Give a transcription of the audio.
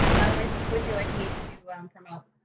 analisa would you like me to um come ah